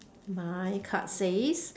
my card says